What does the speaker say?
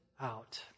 out